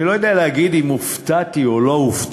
אני לא יודע להגיד אם הופתעתי או לא הופתעתי